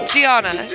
Gianna